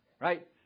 right